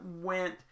went